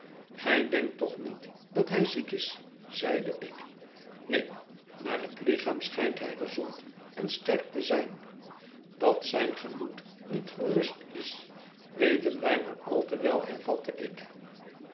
gij denkt toch niet dat hij ziek is zeide ik neen naar het lichaam schijnt hij gezond en sterk te zijn dat zijn gemoed niet gerust is weten wij maar al te wel hervatte ik